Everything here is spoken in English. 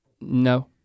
No